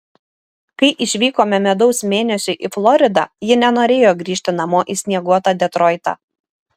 kai išvykome medaus mėnesiui į floridą ji nenorėjo grįžti namo į snieguotą detroitą